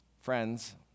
Friends